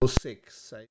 six